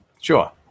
Sure